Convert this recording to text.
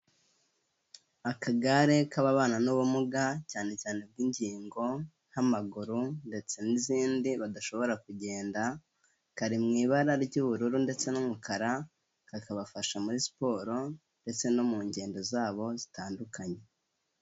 Akagare k'ababana n'ubumuga cyane cyane bw'ingingo nk'amaguru ndetse n'izindi badashobora kugenda, kari mu ibara ry'ubururu ndetse n'umukara kakabafasha muri siporo ndetse no mu ngendo zabo zitandukanye.